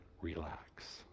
relax